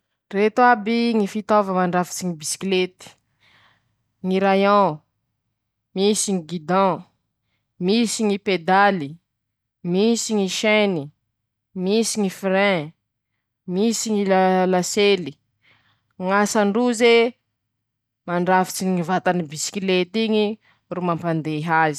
Ndreto aby ñy fitaova mandrafitsy ñy bisikilety: -ñy rayon, misy ñy gidon, misy ñy pedaly, misy ñy chainy, misy ñy frein, misy ñy lasely, ñ'asan-droze mandrafitsy ñy vatany ñy biskalety iñy ro mampandeha azy.